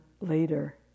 later